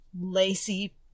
lacy